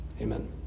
Amen